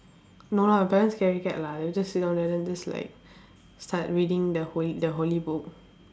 no lah parents scaredy cat lah they'll just sit down there then just like start reading the holy the holy book